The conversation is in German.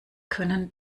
können